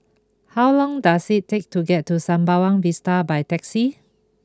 how long does it take to get to Sembawang Vista by taxi